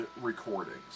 recordings